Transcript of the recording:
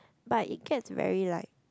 but it gets very like